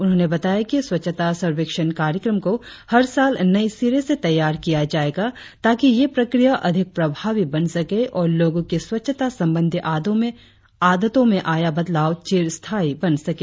उन्होंने बताया कि स्वच्छता सर्वेक्षण कार्यक्रम को हर साल नये सिरे से तैयार किया जाएगा ताकि यह प्रक्रिया अधिक प्रभावी बन सके और लोगों की स्वच्छता संबंधी आदतों में आया बदलाव चिरस्थायी बन सके